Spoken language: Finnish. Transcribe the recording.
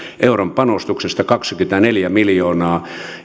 euron panostuksesta kaksikymmentäneljä miljoonaa